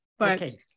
Okay